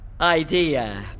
idea